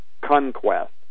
conquest